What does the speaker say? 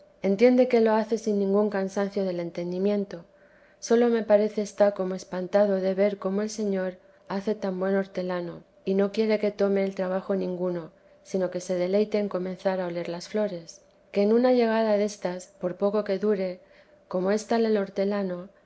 entiende que lo hace sin ningún cansancio del entendimiento sólo me parece está como espantado de ver cómo el señor hace tan buen hortelano y no quiere que tomeél trabajo ninguno sino que se deleite en comenzar a oler las flores que en una llegada destas por poco que dure como es tal el hortelano